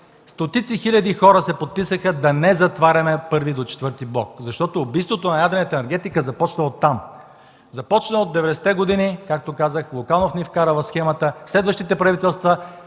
стотици хиляди хора се подписаха да не затваряме от І до ІV блок. Защото убийството на ядрената енергетика започна оттам. Започна от 90-те години, както казах, Луканов ни вкара в схемата. Следващите правителства